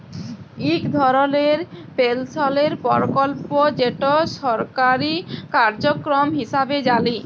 ইক ধরলের পেলশলের পরকল্প যেট সরকারি কার্যক্রম হিঁসাবে জালি